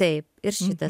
taip ir šitas